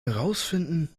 herausfinden